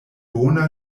bona